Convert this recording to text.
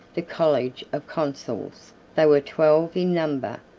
the college of consuls. they were twelve in number,